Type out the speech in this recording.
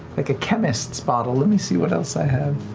like a chemist's bottle. let me see what else i have.